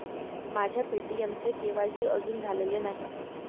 माझ्या पे.टी.एमचे के.वाय.सी अजून झालेले नाही